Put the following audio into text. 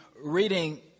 reading